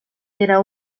era